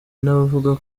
n’abavuga